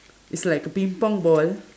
is like a ping-pong ball